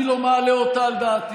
אני לא מעלה אותה על דעתי.